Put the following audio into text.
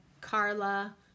Carla